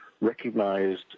recognized